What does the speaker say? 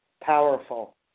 powerful